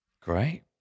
Great